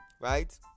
right